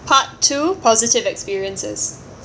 part two positive experiences